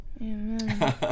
Amen